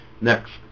next